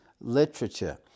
literature